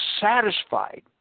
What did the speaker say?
satisfied